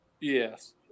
Yes